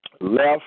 left